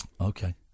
Okay